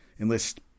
enlist